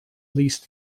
least